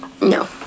No